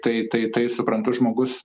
tai tai tai suprantu žmogus